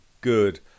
good